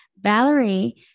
Valerie